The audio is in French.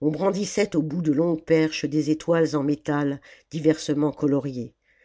on brandissait au bout de longues perches des étoiles en métal diversement coloriées